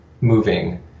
moving